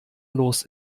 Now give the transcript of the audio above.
los